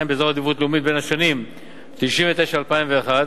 ובאזורי עדיפות לאומית בשנים 1999 2001,